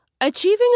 Achieving